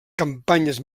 campanyes